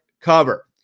cover